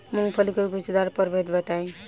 मूँगफली के गूछेदार प्रभेद बताई?